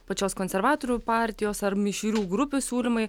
pačios konservatorių partijos ar mišrių grupių siūlymai